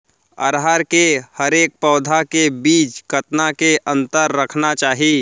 अरहर के हरेक पौधा के बीच कतना के अंतर रखना चाही?